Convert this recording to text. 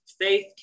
faith